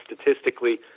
statistically